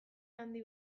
handi